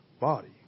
body